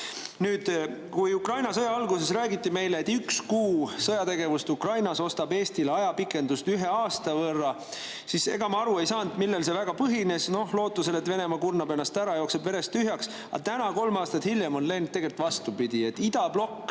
selgust. Kui Ukraina sõja alguses räägiti meile, et üks kuu sõjategevust Ukrainas ostab Eestile ajapikendust ühe aasta võrra, siis ega ma ei saanud aru, millel see väide põhines. Vist lootusel, et Venemaa kurnab ennast ära ja jookseb verest tühjaks. Aga täna, kolm aastat hiljem, on tegelikult vastupidi. Idablokk,